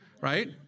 right